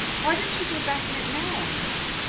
why don't you go back in it now, alex?